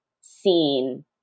seen